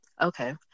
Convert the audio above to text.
okay